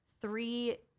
three